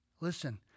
Listen